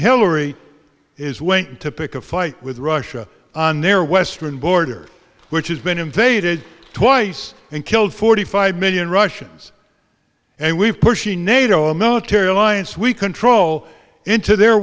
hillary is went to pick a fight with russia on their western border which has been invaded twice and killed forty five million russians and we've pushed the nato military alliance we control into their